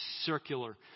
circular